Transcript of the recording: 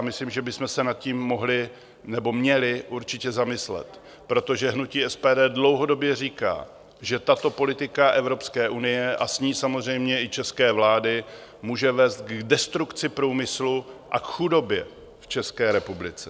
Myslím, že bychom se nad tím mohli nebo měli určitě zamyslet, protože hnutí SPD dlouhodobě říká, že tato politika Evropské unie a s ní samozřejmě i české vlády může vést k destrukci průmyslu a k chudobě v České republice.